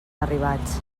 arribats